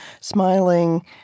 smiling